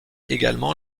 également